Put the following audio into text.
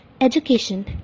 Education